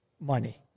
money